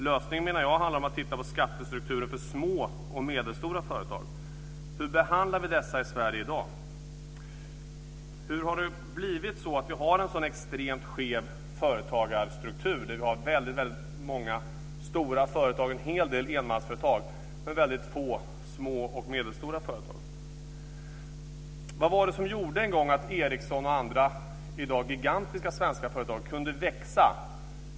Lösningen, menar jag, handlar om att titta på skattestrukturen för små och medelstora företag. Hur behandlar vi dessa i Sverige i dag? Hur har det blivit så att vi har en så extremt skev företagarstruktur? Vi har väldigt många stora företag och en hel del enmansföretag - men väldigt få små och medelstora företag. Vad var det som en gång gjorde att Ericsson och andra i dag gigantiska svenska företag kunde växa?